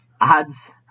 Odds